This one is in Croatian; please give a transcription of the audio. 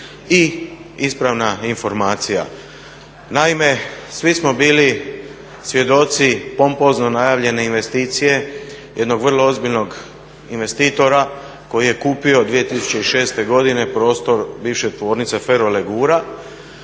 i ispravna informacija. Naime, svi smo bili svjedoci pompozno najavljene investicije jednog vrlo ozbiljnog investitora koji je kupio 2006.godine prostor bivše Tvornice Ferolegura